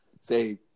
say